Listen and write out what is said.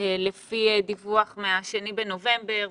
לפי דיווח מה-2 בנובמבר.